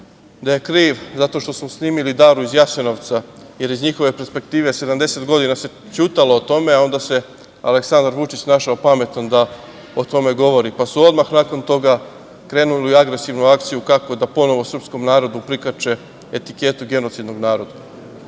da je kriv zato što smo snimili "Daru iz Jasenovca", jer iz njihove perspektive 70 godina se ćutalo o tome, a onda se Aleksandar Vučić našao pametan da o tome govori, pa su odmah nakon toga krenuli u agresivnu akciju kako da ponovo srpskom narodu prikače etiketu genocidnog naroda. Smeta